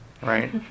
right